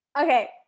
okay